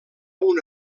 una